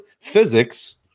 physics